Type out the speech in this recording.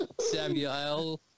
Samuel